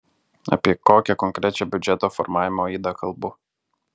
apie kokią konkrečią biudžeto formavimo ydą kalbu